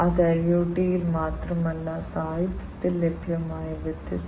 ഞാൻ PLC SCADA അനുബന്ധ വാസ്തുവിദ്യ എന്നിവയെക്കുറിച്ചും സംസാരിച്ചു